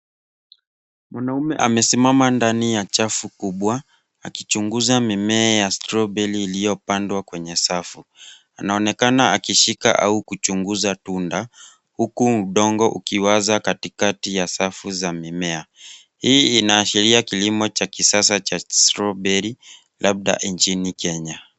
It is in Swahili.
Mwanaume amesimama ndani ya chafu kubwa akichunguza mimea ya stroberi iliyopandwa kwenye safu. Anaonekana akishika au kuchunguza tunda huku udongo ukiwaza katikati ya safu za mimea. Hii inaashiria kilimo cha kisasa cha stroberi, labda nchini Kenya.